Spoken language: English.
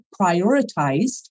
prioritized